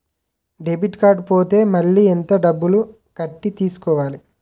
Debit card పోతే మళ్ళీ ఎంత డబ్బు కట్టి తీసుకోవాలి?